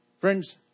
Friends